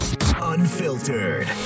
Unfiltered